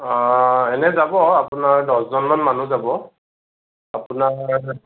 অ' এনে যাব আপোনাৰ দহজনমান মানুহ যাব আপোনাৰ